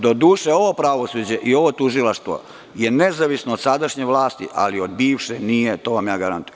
Doduše, ovo pravosuđe i ovo tužilaštvo je nezavisno od sadašnje vlasti, ali od bivše nije, to ja vam garantujem.